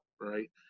right